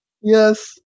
Yes